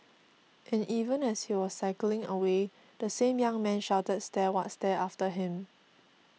and even as he was cycling away the same young man shouted stare what stare after him